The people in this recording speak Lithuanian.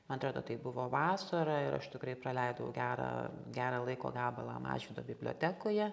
man atrodo tai buvo vasara ir aš tikrai praleidau gerą gerą laiko gabalą mažvydo bibliotekoje